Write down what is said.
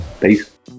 Peace